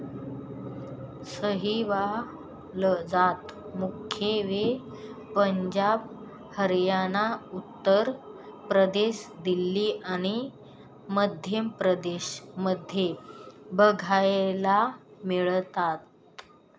सहीवाल जात मुख्यत्वे पंजाब, हरियाणा, उत्तर प्रदेश, दिल्ली आणि मध्य प्रदेश मध्ये बघायला मिळतात